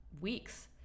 weeks